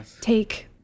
take